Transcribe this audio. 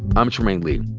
i'm trymaine lee.